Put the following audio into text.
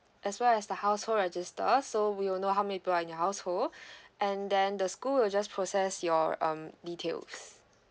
as well as the household register so we'll know how many people are in your household and then the school will just process your um details